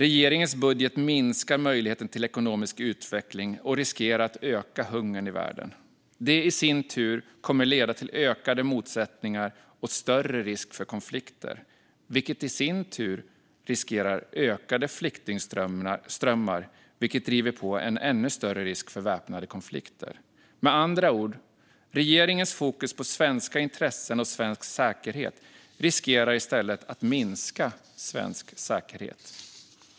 Regeringens budget minskar möjligheten till ekonomisk utveckling och riskerar att öka hungern i världen. Det i sin tur kommer att leda till ökade motsättningar och större risk för konflikter, vilket i sin tur riskerar ökade flyktingströmmar vilket driver på en ännu större risk för väpnade konflikter. Med andra ord: Regeringens fokus på svenska intressen och svensk säkerhet riskerar i stället att minska svensk säkerhet.